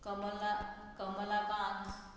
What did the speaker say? Kamala Kamalakant